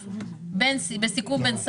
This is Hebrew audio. במקום.